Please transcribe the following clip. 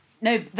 No